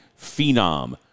phenom